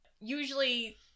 Usually